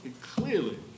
clearly